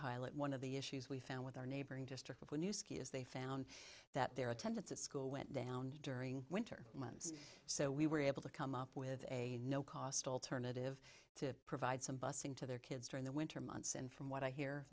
pilot one of the issues we found with our neighboring district when you ski is they found that their attendance at school went down during winter months so we were able to come up with a no cost alternative to provide some bussing to their kids during the winter months and from what i hear